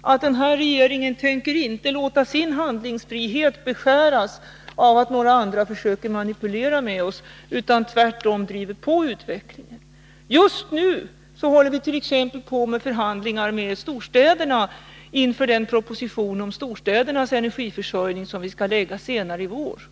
att regeringen inte tänker låta sin handlingsfrihet beskäras av att några andra försöker manipulera oss utan tvärtom driver på utvecklingen. Just nu håller vi t.ex. på med förhandlingar med storstäderna inför den proposition om storstädernas energiförsörjning som vi skall framlägga senare i vår.